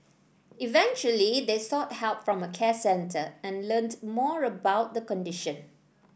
eventually they sought help from a care centre and learnt more about the condition